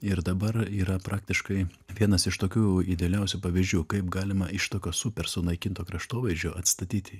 ir dabar yra praktiškai vienas iš tokių idealiausių pavyzdžių kaip galima iš tokio super sunaikinto kraštovaizdžio atstatyti